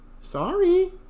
sorry